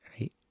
right